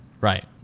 Right